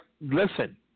listen